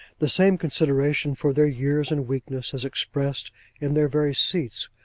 the same consideration for their years and weakness is expressed in their very seats,